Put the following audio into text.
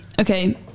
Okay